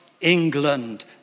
England